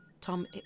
tom